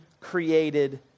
created